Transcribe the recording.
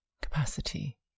capacity